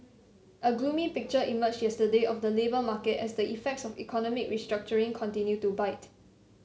a gloomy picture emerged yesterday of the labour market as the effects of economic restructuring continue to bite